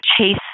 chase